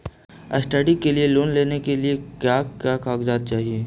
Study के लिये loan लेने मे का क्या कागजात चहोये?